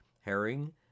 herring